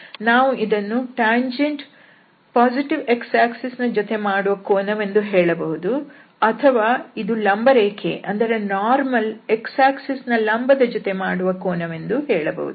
ನಾವು ಇದನ್ನು ಟ್ಯಾಂಜೆಂಟ್ ವು ಧನಾತ್ಮಕ x ಅಕ್ಷರೇಖೆ ಯ ಜೊತೆ ಮಾಡುವ ಕೋನವೆಂದು ಹೇಳಬಹುದು ಅಥವಾ ಇದು ಲಂಬರೇಖೆ ಯು x ಅಕ್ಷರೇಖೆಯ ಲಂಬದ ಜೊತೆ ಮಾಡುವ ಕೋನವೆಂದು ಹೇಳಬಹುದು